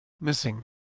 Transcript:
missing